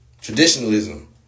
traditionalism